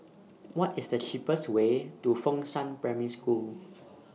What IS The cheapest Way to Fengshan Primary School